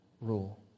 rule